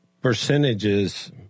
percentages